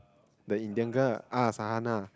the Indian girl ah Sahana